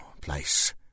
place